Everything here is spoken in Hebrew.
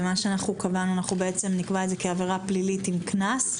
קבענו שאנחנו נקבע את זה כעבירה פלילית עם קנס,